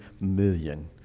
million